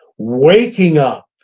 waking up,